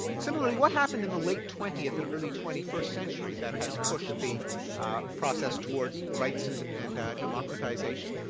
similarly, what happened in the late twentieth and early twenty first century that has pushed the process towards rights and and democratization?